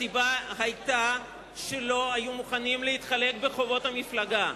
הסיבה היתה שלא היו מוכנים להתחלק בחובות המפלגה.